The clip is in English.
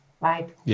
right